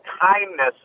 kindness